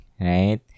right